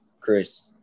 chris